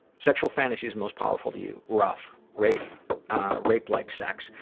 sexual fantasies most powerful to you? rough, rape-like rape-like sex.